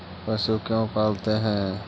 पशु क्यों पालते हैं?